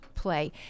play